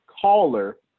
caller